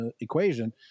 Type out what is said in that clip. equation